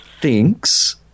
thinks